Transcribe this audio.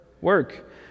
work